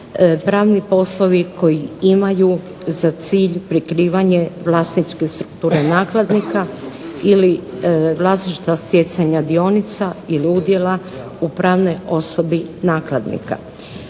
pravni poslovi koji imaju za cilj prikrivanje vlasničke strukture nakladnika ili vlasništva stjecanja dionica ili udjela upravnoj osobi nakladnika.